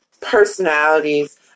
personalities